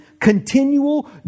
continual